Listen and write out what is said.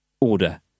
order